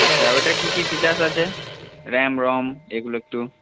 আচ্ছা ওইটার কী কী ফিচারস আছে র্যাম রম এগুলো একটু